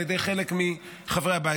על ידי חלק מחברי הבית,